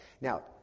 Now